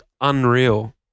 unreal